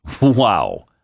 Wow